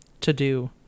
to-do